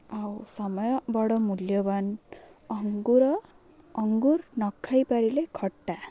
ଆଉ ସମୟ ବଡ଼ ମୂଲ୍ୟବାନ ଅଙ୍ଗୁର ଅଙ୍ଗୁର ନ ଖାଇ ପାରିଲେ ଖଟା